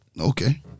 Okay